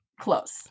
close